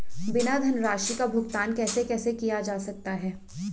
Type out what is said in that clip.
बीमा धनराशि का भुगतान कैसे कैसे किया जा सकता है?